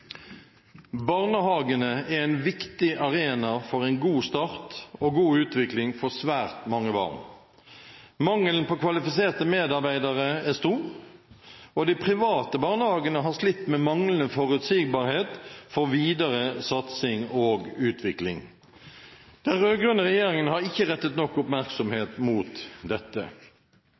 Barnehagene er en viktig arena for en god start og en god utvikling for svært mange barn. Mangelen på kvalifiserte medarbeidere er stor, og de private barnehagene har slitt med manglende forutsigbarhet for videre satsing og utvikling. Den rød-grønne regjeringen har ikke rettet nok oppmerksomhet mot dette.